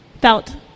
felt